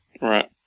Right